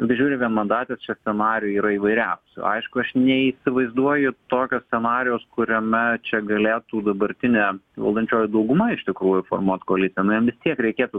bet žiūriu vienmandates čia scenarijų yra įvairiausių aišku aš neįsivaizduoju tokio scenarijaus kuriame čia galėtų dabartinė valdančioji dauguma iš tikrųjų formuot koaliciją nu jiem vis tiek reikėtų